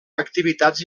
activitats